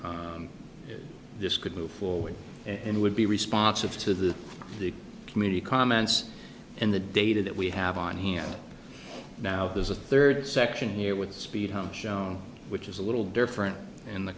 on this could move forward and would be responsive to the community com mance in the data that we have on hand now there's a third section here with the speed home shown which is a little different in the